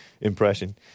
impression